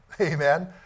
Amen